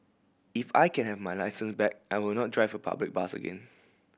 if I can have my licence back I will not drive a public bus again